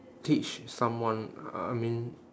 teach someone uh I mean